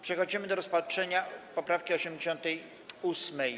Przechodzimy do rozpatrzenia poprawki 88.